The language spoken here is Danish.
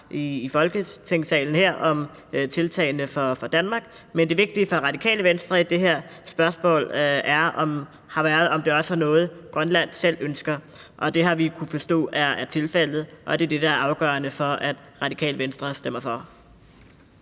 i Folketingssalen her, om tiltagene for Danmark – men det vigtige for Radikale Venstre i det her spørgsmål har været, om det også er noget, Grønland selv ønsker. Det har vi kunnet forstå er tilfældet, og det er det, der er afgørende for, at Radikale Venstre stemmer for.